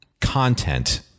content